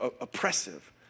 oppressive